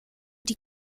die